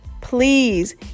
please